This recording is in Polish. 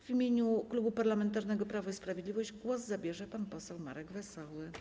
W imieniu Klubu Parlamentarnego Prawo i Sprawiedliwość głos zabierze pan poseł Marek Wesoły.